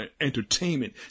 entertainment